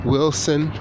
Wilson